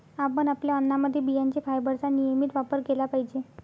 आपण आपल्या अन्नामध्ये बियांचे फायबरचा नियमित वापर केला पाहिजे